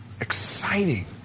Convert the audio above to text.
exciting